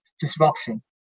disruption